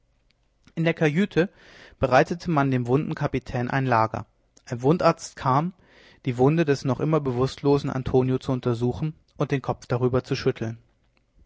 in der kajüte bereitete man dem wunden kapitän ein lager ein wundarzt kam die wunde des noch immer bewußtlosen antonio zu untersuchen und den kopf darüber zu schütteln